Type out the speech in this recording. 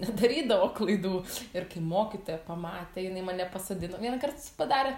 nedarydavo klaidų ir kai mokytoja pamatė jinai mane pasodino vienąkart padarė